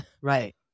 Right